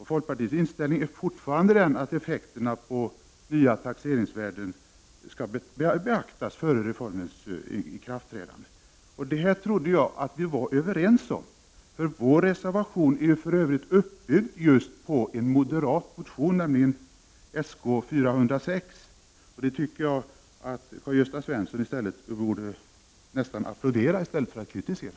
Folkpartiets inställning är fortfarande den att effekterna på nya taxeringsvärden skall beaktas före reformens ikraftträdande. Detta trodde jag att vi var överens om. Vår reservation är ju för övrigt uppbyggd just på en moderat motion, nämligen Sk406. Det borde Karl-Gösta Svenson nästan applådera i stället för att kritisera.